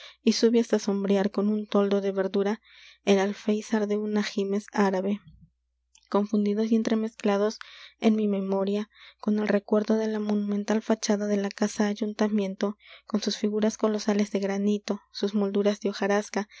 y sube hasta sombrear con un toldo de verdura el alféizar de un ajimez árabe confundidos y entremezclados en mi memoria con el recuerdo de la monumental fachada de la casa ayuntamiento con sus figuras colosales de granito sus molduras de hojarasca